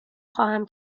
خواهم